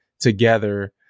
together